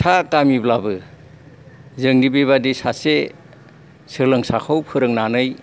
फिसा गामिब्लाबो जोंनि बे बादि सासे सोलोंसाखौ फोरोंनानै